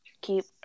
keep